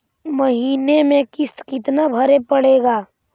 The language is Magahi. महीने में किस्त कितना भरें पड़ेगा?